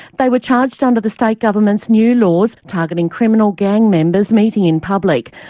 they were charged under the state government's new laws targeting criminal gang members meeting in public.